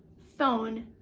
phone,